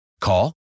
Call